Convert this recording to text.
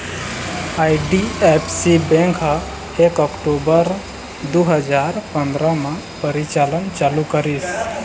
IDFC bank ह एक अक्टूबर दू हजार पंदरा म परिचालन चालू करिस